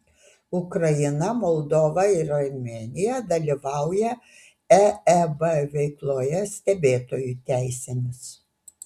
ukraina moldova ir armėnija dalyvauja eeb veikloje stebėtojų teisėmis